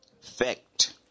fact